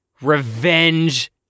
revenge